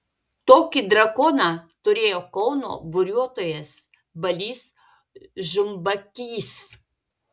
tokį drakoną turėjo kauno buriuotojas balys žumbakys